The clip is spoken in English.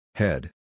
head